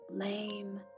lame